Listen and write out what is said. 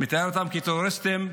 כטרוריסטים.